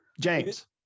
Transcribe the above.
james